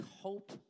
hope